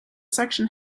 section